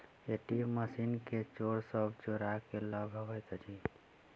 ATM machine के चोर सब चोरा क ल भगैत अछि